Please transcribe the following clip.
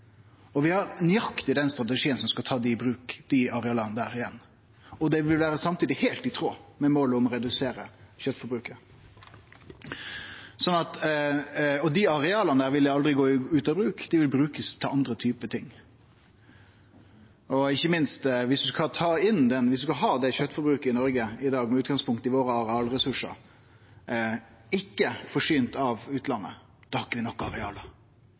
og vi har nøyaktig den strategien som skal til for å ta i bruk dei areala igjen. Det burde samtidig vere heilt i tråd med målet om å redusere kjøtforbruket. Dei areala der vil aldri gå ut av bruk, dei vil brukast til andre typar ting. Ikkje minst: Viss vi skal ha det kjøtforbruket vi har i Noreg i dag, med utgangspunkt i arealresursane våre – ikkje forsynt av utlandet – har vi ikkje nok